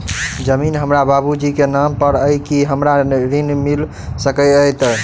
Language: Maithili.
जमीन हमरा बाबूजी केँ नाम पर अई की हमरा ऋण मिल सकैत अई?